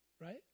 Right